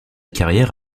carrière